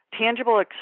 tangible